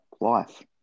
life